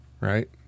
Right